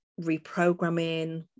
reprogramming